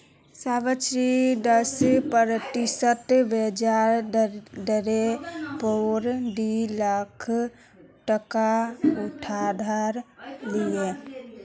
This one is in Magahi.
सावित्री दस प्रतिशत ब्याज दरेर पोर डी लाख टका उधार लिले